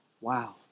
Wow